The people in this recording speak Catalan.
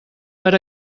per